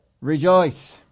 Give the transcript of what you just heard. Rejoice